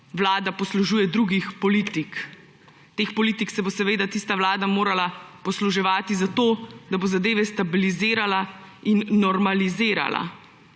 vlada poslužuje drugih politik. Teh politik se bo tista vlada seveda morala posluževati zato, da bo zadeve stabilizirala in normalizirala,